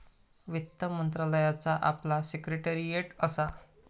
वित्त मंत्रालयाचा आपला सिक्रेटेरीयेट असा